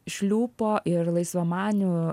šliūpo ir laisvamanių